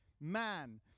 man